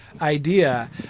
idea